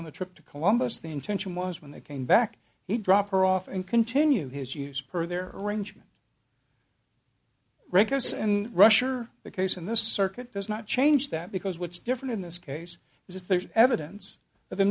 on the trip to columbus the intention was when they came back he dropped her off and continue his use per their arrangement records and rusher the case in this circuit does not change that because what's different in this case is there is evidence